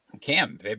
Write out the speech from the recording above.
Cam